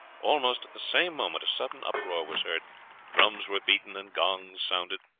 almost at the same moment a sudden uproar was heard drums were beaten and gongs sounded.